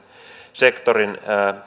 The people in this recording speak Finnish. sektorin